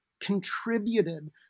contributed